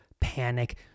Panic